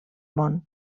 món